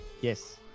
Yes